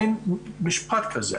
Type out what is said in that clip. אין משפט כזה.